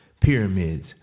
Pyramids